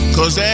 Cause